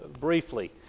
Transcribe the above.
briefly